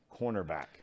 cornerback